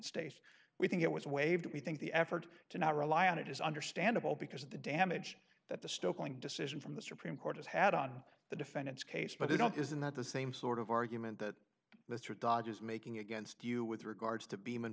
states we think it was waived we think the effort to not rely on it is understandable because of the damage that the still going decision from the supreme court has had on the defendant's case but they don't isn't that the same sort of argument that the dodge is making against you with regards to beam and